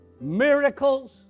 miracles